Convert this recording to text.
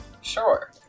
Sure